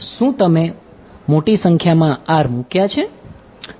શું તમે મોટી સંખ્યામાં r મૂક્યા છે